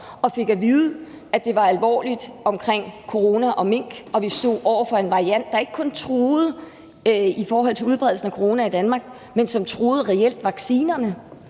og fik at vide, at det omkring corona og mink var alvorligt og vi stod over for en variant, der ikke kun var en trussel i forhold til udbredelsen af corona i Danmark, men som reelt var en